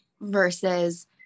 versus